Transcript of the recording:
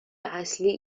اصلی